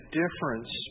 difference